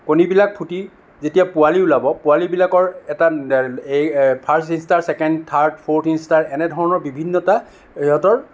কণীবিলাক ফুটি যেতিয়া পোৱালী ওলাব পোৱালীবিলাকৰ এটা এই first instar second third fourth instar এনেধৰণৰ বিভিন্নতা সিহঁতৰ